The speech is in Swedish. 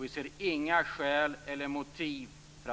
Vi ser inga skäl eller motiv för